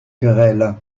querelle